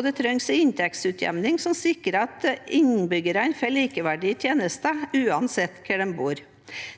Det trengs en inntektsutjevning som sikrer at innbyggerne får likeverdige tjenester – uansett hvor man bor.